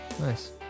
Nice